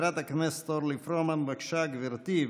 חברת הכנסת אורלי פרומן, בבקשה, גברתי.